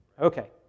Okay